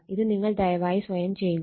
ഇത് നിങ്ങൾ ദയവായി സ്വയം ചെയ്യുക